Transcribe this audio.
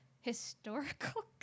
historical